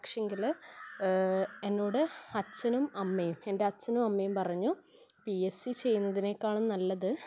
പക്ഷേങ്കില് എന്നോട് അച്ഛനും അമ്മയും എൻ്റെ അച്ഛനും അമ്മയും പറഞ്ഞു പി എസ് സി ചെയ്യുന്നതിനേക്കാളും നല്ലത്